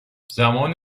زمان